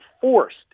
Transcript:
forced